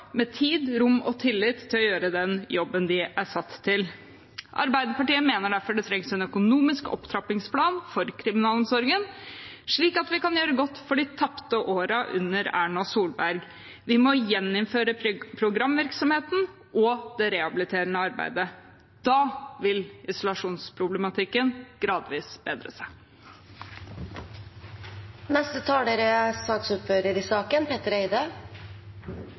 med tid, rom og tillit til å gjøre den jobben de er satt til. Arbeiderpartiet mener derfor det trengs en økonomisk opptrappingsplan for kriminalomsorgen, slik at vi kan gjøre godt for de tapte årene under Erna Solberg. Vi må gjeninnføre programvirksomheten og det rehabiliterende arbeidet. Da vil isolasjonsproblematikken gradvis bedre